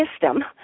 system